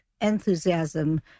enthusiasm